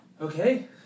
Okay